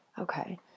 Okay